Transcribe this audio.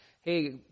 hey